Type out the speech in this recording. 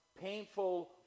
painful